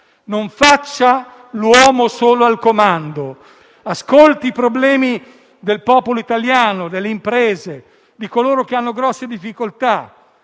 Non faccia l'uomo solo al comando, ascolti i problemi del popolo italiano, delle imprese, di coloro che hanno grosse difficoltà.